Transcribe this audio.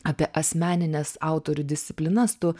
apie asmenines autorių disciplinas tu